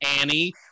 Annie